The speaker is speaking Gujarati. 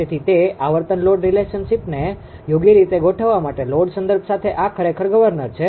તેથી તે આવર્તન લોડ રિલેશનશિપને યોગ્ય રીતે ગોઠવવા માટે લોડ સંદર્ભ સાથે આ ખરેખર ગવર્નર છે